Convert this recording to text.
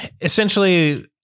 essentially